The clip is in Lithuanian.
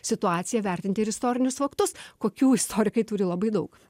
situaciją vertinti ir istorinius faktus kokių istorikai turi labai daug